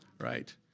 right